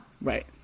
right